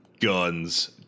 Guns